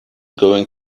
going